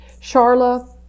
Charla